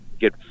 get